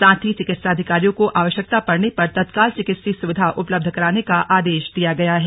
साथ ही चिकित्साधिकारियों को आवश्यकता पड़ने पर तत्काल चिकित्सीय सुविधा उपलब्ध कराने का आदेश दिया गया है